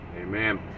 amen